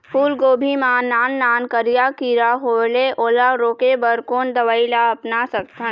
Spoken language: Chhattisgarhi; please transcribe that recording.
फूलगोभी मा नान नान करिया किरा होयेल ओला रोके बर कोन दवई ला अपना सकथन?